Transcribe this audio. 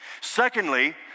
Secondly